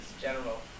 general